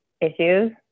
issues